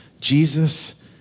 Jesus